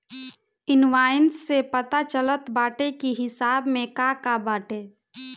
invoice से पता चलत बाटे की हिसाब में का का बाटे